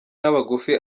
n’abagufi